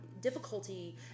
difficulty